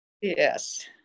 Yes